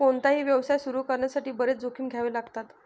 कोणताही व्यवसाय सुरू करण्यासाठी बरेच जोखीम घ्यावे लागतात